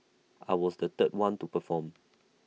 I was the third one to perform